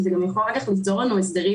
אבל גם יכול ליצור לנו אחר כך הסדרים,